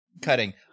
cutting